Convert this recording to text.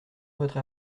votre